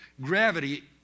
gravity